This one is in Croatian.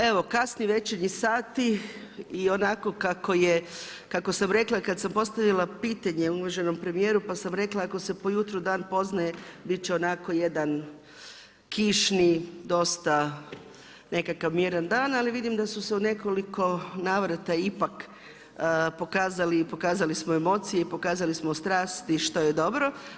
Evo kasni večernji sati i onako kako sam rekla kada sam postavila pitanje uvaženom premijeru pa sam rekla - ako se po jutru dan poznaje bit će onako jedan kišni dosta nekakav miran dan, ali vidim da su se u nekoliko navrata ipak pokazali i pokazali smo emocije i pokazali smo strast i što je dobro.